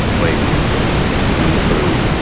where you can run through